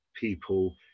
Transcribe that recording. people